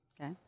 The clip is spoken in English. Okay